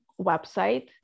website